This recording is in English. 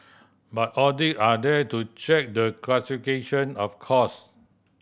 but audit are there to check the classification of cost